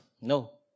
No